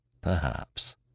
Perhaps